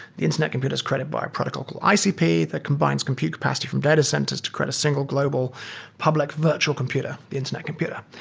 the internet computer is credit by protocol called icp that combines computer capacity from data centers to create a single global public virtual computer, the internet computer.